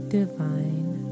divine